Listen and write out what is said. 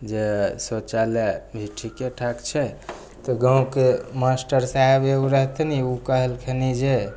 जे शौचालय भी ठीके ठाक छै तऽ गामके मास्टर साहेब एगो रहथिन ओ कहलखिन जे